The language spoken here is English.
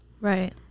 right